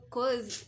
Cause